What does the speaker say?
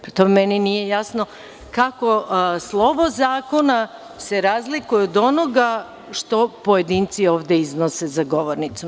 Prema tome, meni nije jasno, kako slovo zakona se razlikuje od onoga što pojedinci ovde iznose za govornicom.